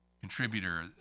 contributor